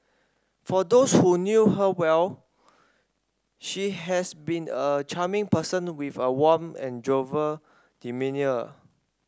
for those who knew her well she has been a charming person with a warm and jovial demeanour